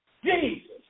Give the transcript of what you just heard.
Jesus